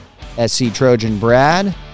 SCTrojanBrad